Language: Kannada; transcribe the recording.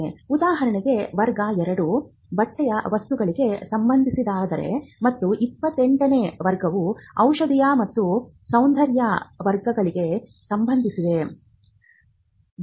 ಉದಾಹರಣೆಗೆ ವರ್ಗ 2 ಬಟ್ಟೆಯವಸ್ತುಗಳಿಗೆ ಸಂಬಂಧಿಸಿದ್ದಾಗಿದೆ ಮತ್ತು 28 ನೇ ವರ್ಗವು ಔಷಧೀಯ ಮತ್ತು ಸೌಂದರ್ಯವರ್ಧಕಗಳಿಗೆ ಸಂಬಂಧಿಸಿದ್ದಾಗಿದೆ